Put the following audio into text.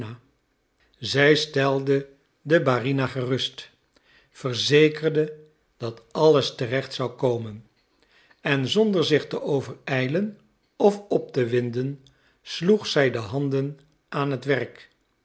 zij stelde de barina gerust verzekerde dat alles terecht zou komen en zonder zich te overijlen of op te winden sloeg zij de handen aan het werk